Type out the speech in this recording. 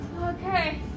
Okay